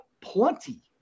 plenty